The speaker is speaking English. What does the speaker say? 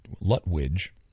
Lutwidge